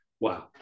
wow